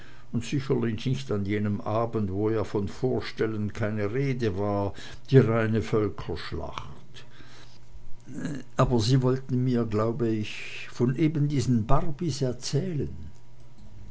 sicherlich nicht an jenem abend wo ja von vorstellen keine rede war die reine völkerschlacht aber sie wollten mir glaube ich von eben diesen barbys erzählen